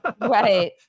right